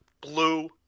blue